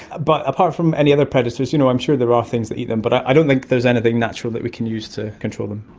but apart from any other predators, you know, i'm sure there are things that eat them but i don't think there's anything natural that we can use to control them.